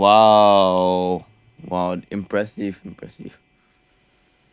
!wow! !wow! impressive impressive